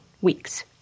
weeks